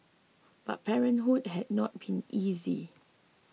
but parenthood had not been easy